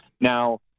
Now